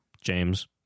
James